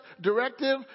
directive